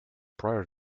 prior